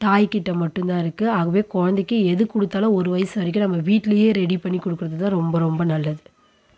தாய்கிட்ட மட்டும்தான் இருக்கு ஆகவே குழந்தைக்கி எது கொடுத்தாலும் ஒரு வயசு வரைக்கும் நம்ம வீட்டுலயே ரெடி பண்ணிக்கொடுக்குறது தான் ரொம்ப ரொம்ப நல்லது